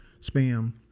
spam